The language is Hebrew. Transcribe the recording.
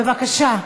בבקשה.